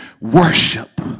worship